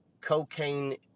cocaine